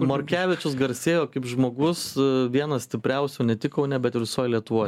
morkevičius garsėjo kaip žmogus vienas stipriausių ne tik kaune bet ir visoj lietuvoj